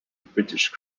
british